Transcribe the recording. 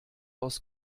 aus